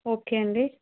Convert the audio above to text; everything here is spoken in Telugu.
ఓకే అండి